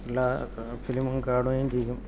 എല്ല ഫിലിമും കാണുകയും ചെയ്യും